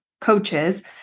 coaches